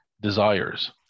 desires